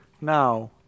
now